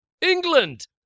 England